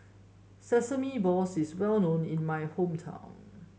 Sesame Balls is well known in my hometown